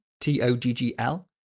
T-O-G-G-L